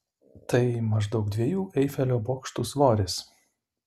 tai maždaug dviejų eifelio bokštų svoris